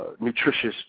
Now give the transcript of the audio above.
nutritious